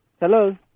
Hello